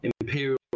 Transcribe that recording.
imperial